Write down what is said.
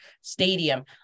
stadium